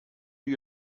you